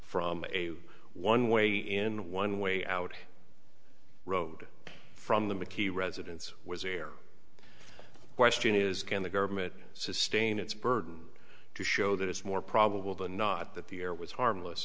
from a one way in one way out rode from the maccie residence was there a question is can the government sustain its burden to show that it's more probable than not that the air was harmless